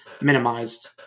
minimized